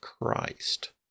Christ